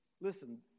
Listen